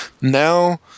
Now